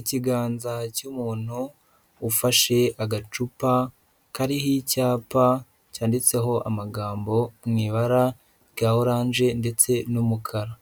Ikiganza cy'umuntu ufashe agacupa kariho icyapa cyanditseho amagambo mu ibara rya oranje ndetse n'umukara,